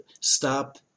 stop